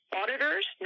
auditors